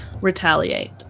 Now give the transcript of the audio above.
Retaliate